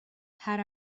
had